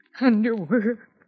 underwear